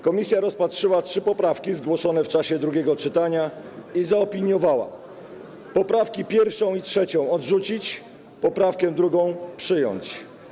Komisja rozpatrzyła trzy poprawki zgłoszone w czasie drugiego czytania i zaopiniowała, aby poprawki 1. i 3. odrzucić, poprawkę 2. przyjąć.